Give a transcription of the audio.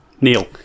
Neil